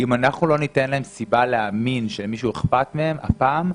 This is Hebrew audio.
אם אנחנו לא ניתן להם סיבה להאמין שלמישהו אכפת מהם הפעם,